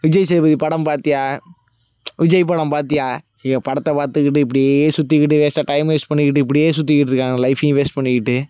விஜய்சேதுபதி படம் பார்த்தியா விஜய் படம் பார்த்தியா படத்தை பார்த்துகிட்டு இப்படியே சுற்றிகிட்டு வேஸ்ட்டாக டைம் வேஸ்ட் பண்ணிக்கிட்டு இப்படியே சுற்றிகிட்டு இருக்கானுங்க லைஃபையும் வேஸ்ட் பண்ணிக்கிட்டு